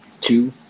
Two